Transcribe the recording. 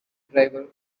driver